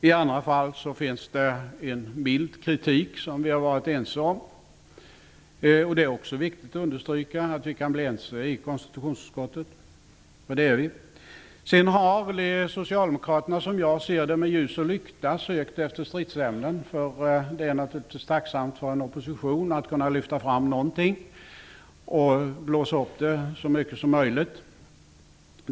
I andra fall finns det en mild kritik som vi har varit ense om. Det är också viktigt att understryka att vi kan bli ense i konstitutionsutskottet. Sedan har socialdemokraterna, som jag ser det, med ljus och lykta sökt efter stridsämnen, för det är naturligtvis tacksamt för en opposition att kunna lyfta fram någonting och blåsa upp det så mycket som möjligt.